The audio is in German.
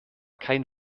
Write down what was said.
kein